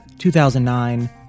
2009